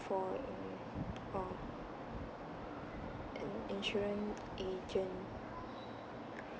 for in a an insurance agent